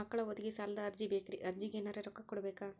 ಮಕ್ಕಳ ಓದಿಗಿ ಸಾಲದ ಅರ್ಜಿ ಬೇಕ್ರಿ ಅರ್ಜಿಗ ಎನರೆ ರೊಕ್ಕ ಕೊಡಬೇಕಾ?